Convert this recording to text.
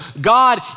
God